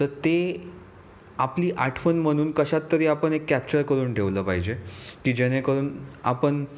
तर ते आपली आठवण म्हणून कशात तरी आपण एक कॅप्चर करून ठेवलं पाहिजे की जेणेकरून आपण